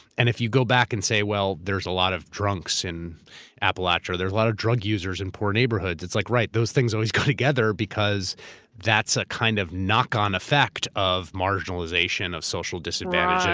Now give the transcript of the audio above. and if you go back and say, well, there's a lot of drunks in appalachia, there's a lot of drug users in poor neighborhoods, it's like, right. those things always go together because that's a kind of knock-on effect of marginalization, of social disadvantage,